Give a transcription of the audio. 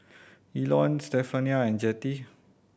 Elon Stephania and Jettie